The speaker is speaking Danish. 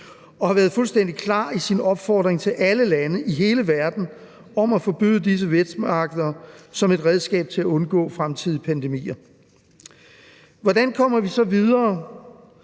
og har været fuldstændig klar i sin opfordring til alle lande i hele verden om at forbyde disse vådmarkeder som et redskab til at undgå fremtidige pandemier. Hvordan kommer vi så videre